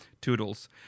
toodles